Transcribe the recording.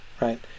Right